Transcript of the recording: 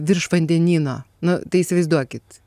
virš vandenyno nu tai įsivaizduokit